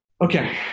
Okay